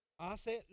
Hace